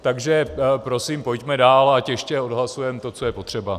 Takže prosím pojďme dál, ať ještě odhlasujeme to, co je potřeba.